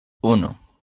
uno